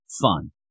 fun